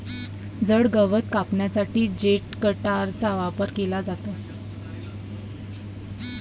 जड गवत कापण्यासाठी हेजकटरचा वापर केला जातो